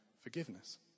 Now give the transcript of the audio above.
forgiveness